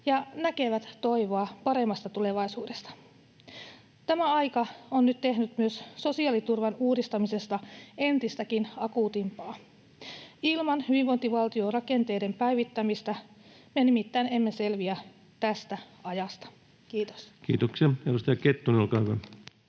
ja näkevät toivoa paremmasta tulevaisuudesta. Tämä aika on nyt tehnyt myös sosiaaliturvan uudistamisesta entistäkin akuutimpaa. Ilman hyvinvointivaltiorakenteiden päivittämistä me nimittäin emme selviä tästä ajasta. — Kiitos. Kiitoksia. — Edustaja Kettunen, olkaa hyvä.